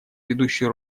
ведущую